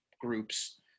groups